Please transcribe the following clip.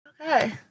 Okay